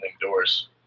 doors